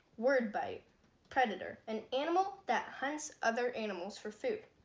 word bite predator an animal that has other animals for food.